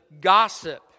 gossip